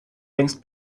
längst